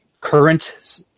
current